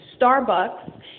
Starbucks